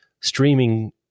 streaming